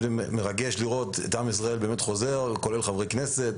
מרגש לראות את עם ישראל חוזר, כולל חברי כנסת.